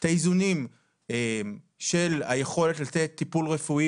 את האיזונים של היכולת לתת טיפול רפואי